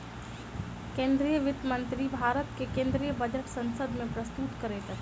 केंद्रीय वित्त मंत्री भारत के केंद्रीय बजट संसद में प्रस्तुत करैत छथि